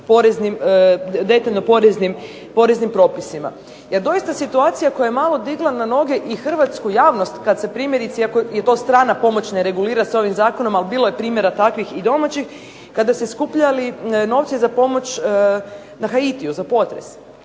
detaljno poreznim propisima. Jer doista situacija koja je malo digla na noge i hrvatsku javnost kad se primjerice iako je to strana pomoć ne regulira se ovim zakonom, ali bilo je primjera takvih i domaćih kada su se skupljali novci za pomoć na Haitiju za potres.